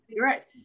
right